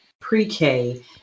pre-k